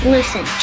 Listen